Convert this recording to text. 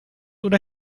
oder